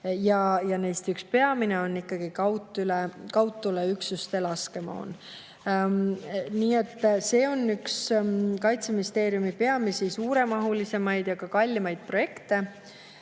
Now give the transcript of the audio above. Neist üks peamine on ikkagi kaudtuleüksuste laskemoon. See on üks Kaitseministeeriumi peamisi, suuremahulisemaid ja ka kallimaid projekte.